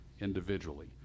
individually